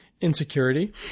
insecurity